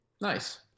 Nice